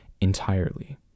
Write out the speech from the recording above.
entirely